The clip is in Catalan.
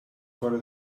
fora